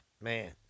man